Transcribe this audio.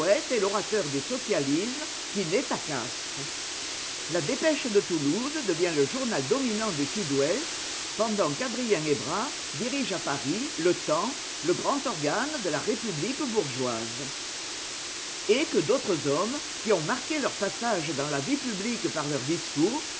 et l'orateur du socialisme qui naît à castres la dépêche de toulouse devient le journal dominant du sud-ouest pendant qu'adrien hébrard dirige à paris le temps le grand organe de la république bourgeoise et que d'autres hommes qui ont marqué leur passage dans la vie publique par leurs discours